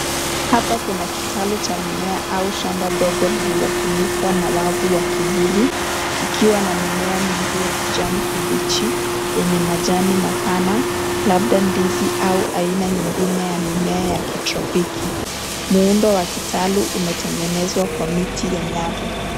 Hapa kuna kitalu cha mimea, au shamba ndogo lililofunikwa na wavu wa kivuli, kikiwa na mimea mingi ya kijani kibichi, yenye majani mapana, labda ndizi, au aina nyingine ya mimea ya kitropiki, muundo wa kitalu umetengezwa kwa miti ya nyavu.